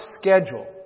schedule